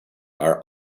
are